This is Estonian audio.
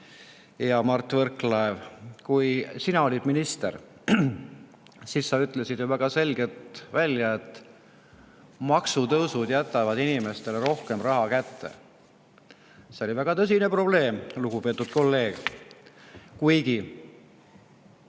hea Mart Võrklaev – kui sina olid minister, siis sa ütlesid ju väga selgelt välja, et maksutõusud jätavad inimestele rohkem raha kätte. See oli väga tõsine probleem, lugupeetud kolleeg. Kuigi,